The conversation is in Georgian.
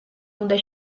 უნდა